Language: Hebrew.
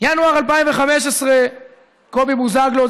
בינואר 2015 קובי בוזגלו,